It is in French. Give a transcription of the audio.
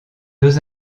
deux